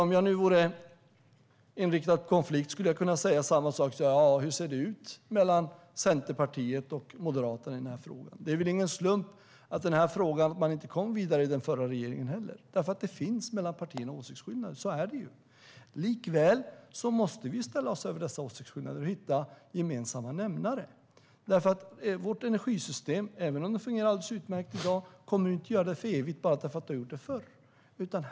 Om jag vore inriktad på konflikt skulle jag kunna kontra med att fråga hur det ser ut mellan Centerpartiet och Moderaterna i den här frågan. Det är väl ingen slump att man inte kom vidare i den här frågan i den förra regeringen? Det finns åsiktsskillnader mellan partierna. Så är det ju. Likväl måste vi ställa oss över dessa åsiktsskillnader och hitta gemensamma nämnare. Även om vårt energisystem i dag fungerar alldeles utmärkt kommer det inte att göra det för evigt.